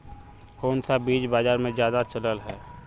कोन सा बीज बाजार में ज्यादा चलल है?